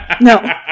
no